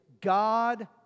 God